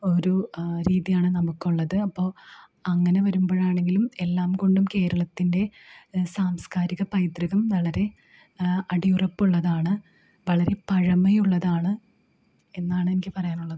ഒരു രീതിയാണ് നമുക്കുള്ളത് അപ്പോള് അങ്ങനെ വരുമ്പോഴാണെങ്കിലും എല്ലാം കൊണ്ടും കേരളത്തിൻ്റെ സാംസ്കാരിക പൈതൃകം വളരെ അടിയുറപ്പുള്ളതാണ് വളരെ പഴമയുള്ളതാണ് എന്നാണ് എനിക്ക് പറയാനുള്ളത്